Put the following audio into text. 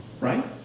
Right